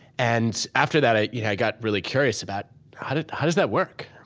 and after that, i yeah got really curious about how does how does that work?